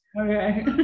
Okay